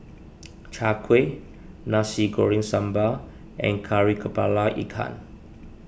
Chai Kueh Nasi Goreng Sambal and Kari Kepala Ikan